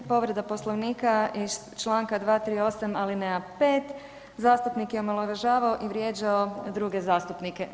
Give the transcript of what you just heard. Povreda Poslovnika iz čl. 238. alineja 5, zastupnik je omalovažavao i vrijeđao druge zastupnike.